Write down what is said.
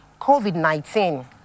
COVID-19